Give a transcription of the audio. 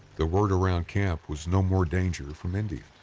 the word around camp was no more danger from indians,